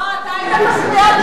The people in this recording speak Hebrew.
לא, אתה היית צריך להיות שם.